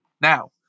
Now